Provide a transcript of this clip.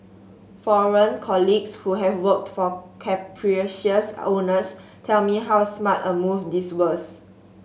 foreign colleagues who have worked for capricious owners tell me how smart a move this was